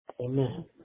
amen